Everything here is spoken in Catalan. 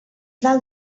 dalt